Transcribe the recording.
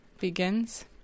Begins